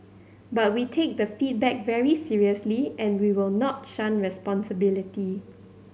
but we take the feedback very seriously and we will not shun responsibility